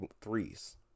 threes